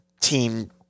team